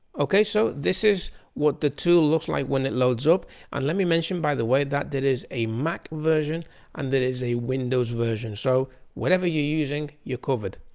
ok so this is what the tool looks like when it loads up and let me mention by the way that there is a mac version and there is a windows version so whatever you're using you're covered.